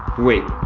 wait,